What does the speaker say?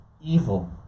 evil